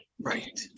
Right